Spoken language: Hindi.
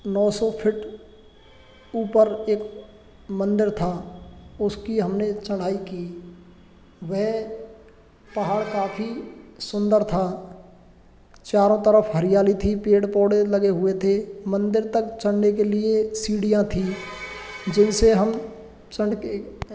नौ सौ फिट ऊपर एक मंदिर था उस की हम ने चढ़ाई की वह पहाड़ काफ़ी सुंदर था चारों तरफ़ हरियाली थी पेड़ पौधे लगे हुए थे मंदिर तक चढ़ने के लिए सीढ़ियाँ थी जिन से हम चढ़ के